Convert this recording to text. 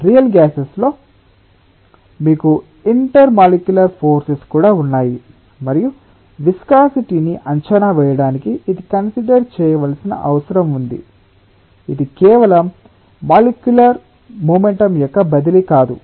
real gases లో మీకు intermolecular forces కూడా ఉన్నాయి మరియు విస్కాసిటి ని అంచనా వేయడానికి ఇది కన్సిడర్ చేయవల్సిన అవసరం ఉంది ఇది కేవలం మాలిక్యులర్ మొమెంటమ్ యొక్క బదిలీ కాదు